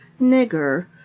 nigger